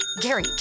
Gary